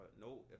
No